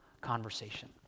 conversation